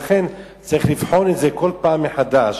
לכן צריך לבחון את זה בכל פעם מחדש.